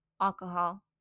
alcohol